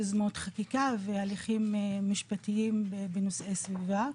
יוזמות חקיקה והליכים משפטיים בנושאי סביבה,